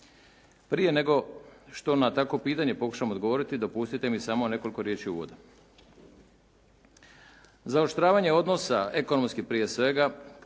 Prije nego što na takvo pitanje pokušam odgovoriti dopustite mi samo nekoliko riječi uvodno. Zaoštravanje odnosa ekonomskih prije svega,